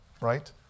right